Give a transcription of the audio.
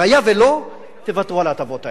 והיה ולא, תוותרו על ההטבות האלה.